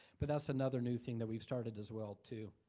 but that's another new thing that we've started as well too.